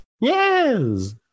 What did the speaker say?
Yes